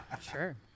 Sure